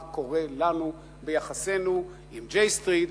מה קורה לנו ביחסינו עם J Street,